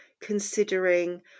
considering